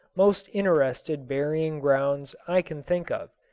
most interesting burying-grounds i can think of.